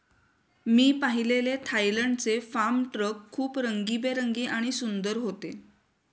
मी पाहिलेले थायलंडचे farm truck खूप रंगीबेरंगी आणि सुंदर होते